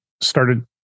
started